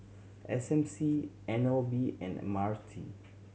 S M C N L B and M R T